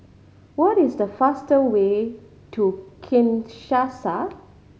what is the faster way to Kinshasa